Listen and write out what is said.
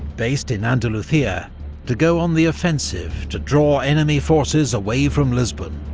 based in andalucia, to go on the offensive, to draw enemy forces away from lisbon,